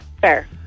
fair